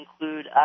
include